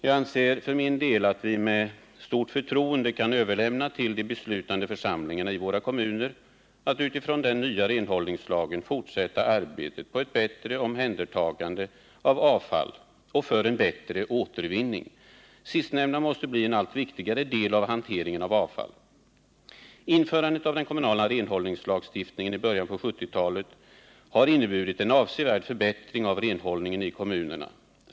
Jag anser att vi med förtroende kan överlämna till de beslutande församlingarna i våra kommuner att på grundval av den nya renhållningslagen fortsätta arbetet på ett bättre omhändertagande av avfall och för en bättre återvinning. Det sista måste bli en allt viktigare del av hanteringen av avfall. Införandet av den kommunala renhållningslagstiftningen i början av 1970-talet har inneburit en avsevärd förbättring av renhållningen i kommunerna.